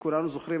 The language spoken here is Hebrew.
וכולנו זוכרים,